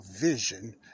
vision